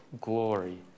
glory